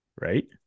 right